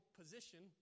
position